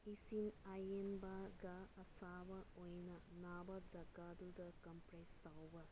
ꯏꯁꯤꯡ ꯑꯏꯪꯕꯒ ꯑꯁꯥꯕ ꯑꯣꯏꯅ ꯅꯥꯕ ꯖꯥꯒꯥꯗꯨꯗ ꯀꯝꯄ꯭ꯔꯦꯁ ꯇꯧꯕ